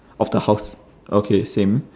of the house okay same